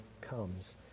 comes